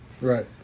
Right